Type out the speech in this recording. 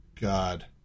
god